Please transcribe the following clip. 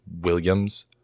Williams